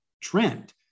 trend